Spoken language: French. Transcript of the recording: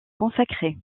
consacré